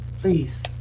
Please